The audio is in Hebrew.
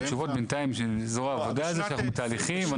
התשובות בינתיים של זרוע העבודה זה שאנחנו בתהליכים,